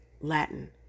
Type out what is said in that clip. Latin